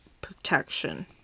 protection